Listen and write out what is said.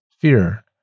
fear